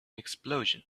explosion